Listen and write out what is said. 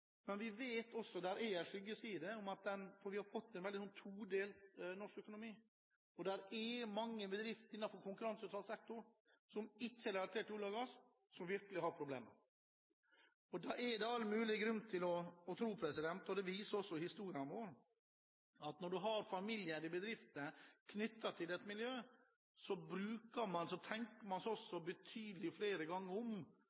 Men vi vet også – det er en skyggeside – at vi har fått en veldig todelt norsk økonomi. Det er mange bedrifter innenfor konkurranseutsatt sektor som ikke er relatert til olje og gass, som virkelig har problemer. Det er all mulig grunn til å tro – og det viser også historien vår – at når man har familieeide bedrifter knyttet til et miljø, tenker man seg om flere ganger før man bl.a. legger ned bedriften. Man